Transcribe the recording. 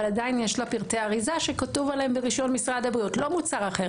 עדיין יש לה פרטי אריזה שכתוב עליהם ברשיון משרד הבריאות לא מוצר אחר